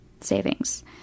savings